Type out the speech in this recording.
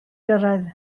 gyrraedd